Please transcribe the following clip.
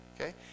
okay